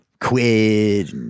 Quid